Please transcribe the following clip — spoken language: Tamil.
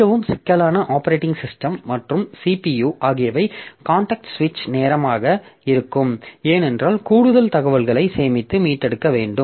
மிகவும் சிக்கலான ஆப்பரேட்டிங் சிஸ்டம் மற்றும் CPU ஆகியவை காண்டெக்ஸ்ட் சுவிட்ச் நேரமாக இருக்கும் ஏனென்றால் கூடுதல் தகவல்களைச் சேமித்து மீட்டெடுக்க வேண்டும்